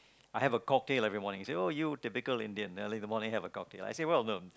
I have a cocktail every morning they say oh you typical Indian well hey good morning have a cocktail